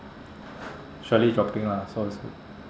surely dropping lah so it's good